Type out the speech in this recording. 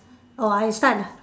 oh I start ah